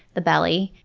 the belly,